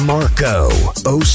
Marco